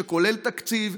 שכולל תקציב,